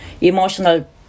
emotional